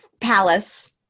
palace